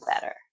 better